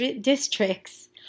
districts